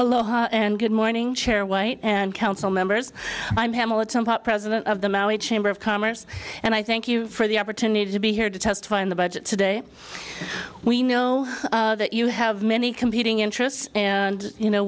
aloha and good morning chair white and council members i'm hamiliton pop president of the maui chamber of commerce and i thank you for the opportunity to be here to testify in the budget today we know that you have many competing interests and you know